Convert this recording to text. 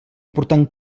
portant